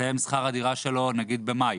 והסתיים שכר הדירה שלו במאי